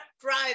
drive